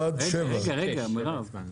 רגע, מירב.